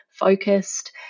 focused